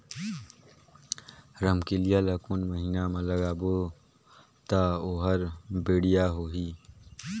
रमकेलिया ला कोन महीना मा लगाबो ता ओहार बेडिया होही?